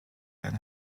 than